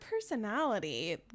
personality